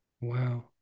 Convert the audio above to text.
Wow